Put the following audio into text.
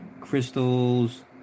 crystals